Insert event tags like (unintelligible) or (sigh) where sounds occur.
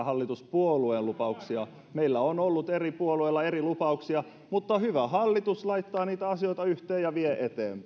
(unintelligible) hallituspuolueen lupauksia meillä on ollut eri puolueilla eri lupauksia mutta hyvä hallitus laittaa asioita yhteen ja vie